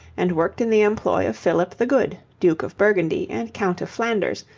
and worked in the employ of philip the good, duke of burgundy and count of flanders,